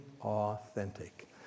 authentic